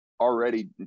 already